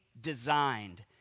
designed